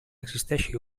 existeixi